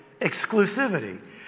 exclusivity